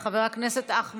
חבר הכנסת יעקב